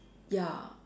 ya